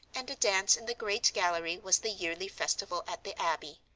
and a dance in the great gallery was the yearly festival at the abbey.